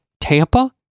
Tampa